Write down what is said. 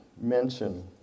mention